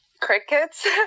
crickets